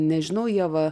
nežinau ieva